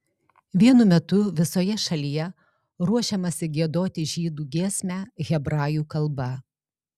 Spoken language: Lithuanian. vienu metu visoje šalyje ruošiamasi giedoti žydų giesmę hebrajų kalba